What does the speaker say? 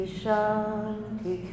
shanti